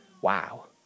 Wow